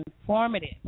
informative